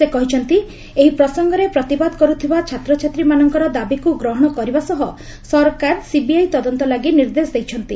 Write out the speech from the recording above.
ସେ କହିଛନ୍ତି ଏହି ପ୍ରସଙ୍ଗରେ ପ୍ରତିବାଦ କରୁଥିବା ଛାତ୍ରଛାତ୍ରୀମାନଙ୍କର ଦାବିକୁ ଗ୍ରହଣ କରିବା ସହ ସରକାର ସିବିଆଇ ତଦନ୍ତ ଲାଗି ନିର୍ଦ୍ଦେଶ ଦେଇଛନ୍ତି